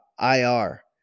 IR